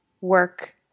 work